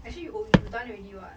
actually you oh you done already [what]